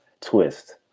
twist